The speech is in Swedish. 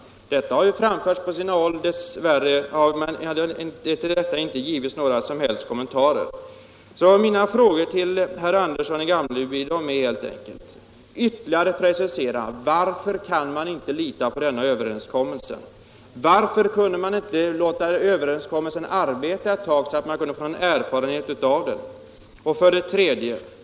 Den synpunkten har framförts på sina håll. Dess värre har den inte givit resultat i några som helst kommentarer. Jag vill ställa följande frågor till herr Andersson i Gamleby: Kan herr Andersson ytterligare precisera varför man inte kan lita på överenskommelsen? Varför kunde man inte låta överenskommelsen vara i kraft ett tag så att man kunde få erfarenhet av den innan man vidtog ytterligare åtgärder?